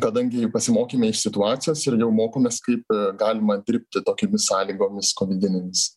kadangi pasimokėme iš situacijos ir jau mokomės kaip galima dirbti tokiomis sąlygomis kovidinėmis